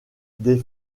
des